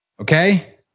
Okay